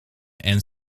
and